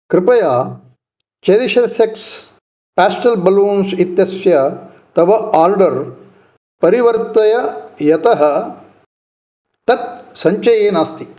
कृपया चेरिशे shakes pastel balloons इत्यस्य तव ओर्डर् परिवर्तय यतः तत् सञ्चये नास्ति